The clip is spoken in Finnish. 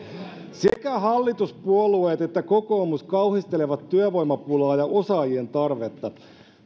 sekä hallituspuolueet että kokoomus kauhistelevat työvoimapulaa ja osaajien tarvetta